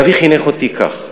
ואבי חינך אותי כך,